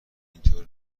اینطور